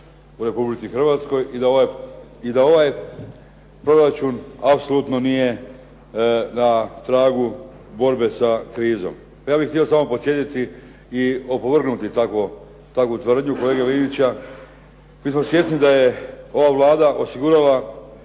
u Republici Hrvatskoj i da ovaj proračun apsolutno nije na tragu borbe sa krizom. Pa ja bih htio samo podsjetiti i opovrgnuti takvu tvrdnju kolege Linića. Mi smo svjesni da je ova Vlada osigurala